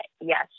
yes